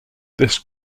this